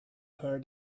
her